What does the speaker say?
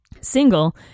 single